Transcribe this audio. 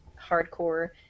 hardcore